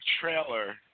trailer